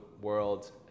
world